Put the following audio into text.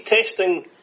testing